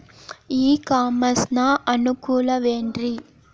E commerce ನ ಅನುಕೂಲವೇನ್ರೇ?